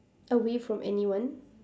away from anyone